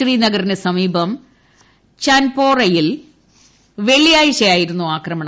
ശ്രീനഗറിനു സമീപം ചൻ പോറയിൽ വെള്ളിയാഴ്ച ആയിരുന്നു ആക്രമണം